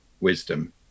wisdom